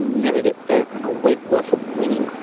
never get further than a week worth of winning.